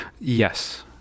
Yes